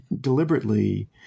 deliberately